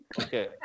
Okay